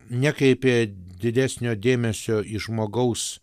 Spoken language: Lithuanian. ne kaip didesnio dėmesio į žmogaus